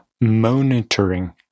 Monitoring